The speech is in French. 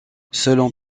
selon